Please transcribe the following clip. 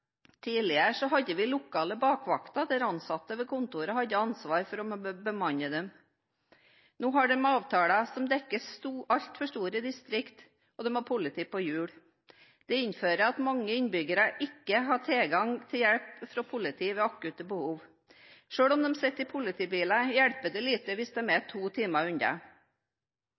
Tidligere hadde vi lokale bakvakter, der ansatte ved kontorene hadde ansvar for å bemanne dem. Nå har de avtaler som dekker altfor store distrikt, og de har politi på hjul. Det medfører at mange innbyggere ikke har tilgang til hjelp fra politiet ved akutte behov. Selv om de sitter i politibiler, hjelper det lite hvis de er to timer